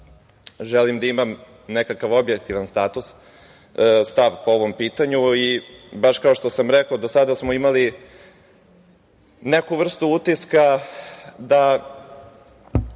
želim da imam nekakav objektivan stav po ovom pitanju. Kao što sam rekao, do sada smo imali neku vrstu utiska da